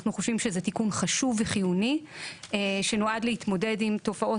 אנחנו חושבים שזה תיקון חשוב וחיוני שנועד להתמודד עם תופעות